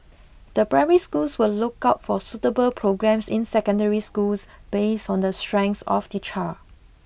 the primary schools will look out for suitable programmes in secondary schools based on the strengths of the child